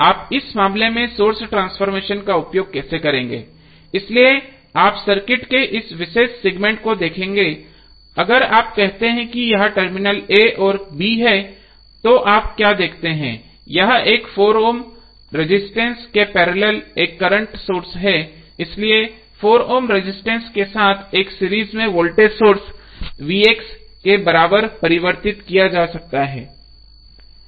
आप इस मामले में सोर्स ट्रांसफॉर्मेशन का उपयोग कैसे करेंगे इसलिए आप सर्किट के इस विशेष सेगमेंट को देखेंगे अगर आप कहते हैं कि यह टर्मिनल a और b है तो आप क्या देखते हैं यह एक 4 ओम रजिस्टेंस के पैरेलल एक करंट सोर्स है इसलिए 4 ओम रजिस्टेंस के साथ सीरीज में वोल्टेज सोर्स के बराबर परिवर्तित किया जा सकता है